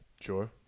Sure